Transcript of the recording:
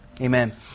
Amen